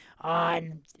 on